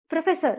professor ಸರಿ